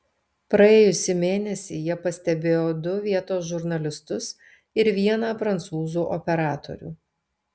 praėjusį mėnesį jie pastebėjo du vietos žurnalistus ir vieną prancūzų operatorių